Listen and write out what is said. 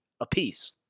apiece